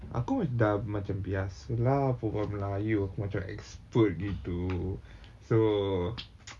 aku dah macam biasa lah berbual melayu aku macam expert gitu so